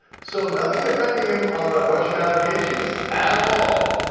so nothing defending him on the russian allegations at all,